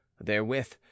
Therewith